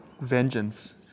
vengeance